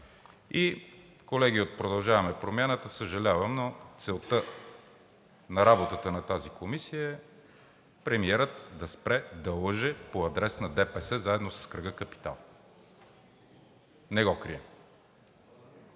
И, колеги от „Продължаваме Промяната“, съжалявам, но целта на работата на тази комисия е премиерът да спре да лъже по адрес на ДПС, заедно с кръга „Капитал“ – не го крия.